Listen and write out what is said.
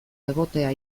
egotea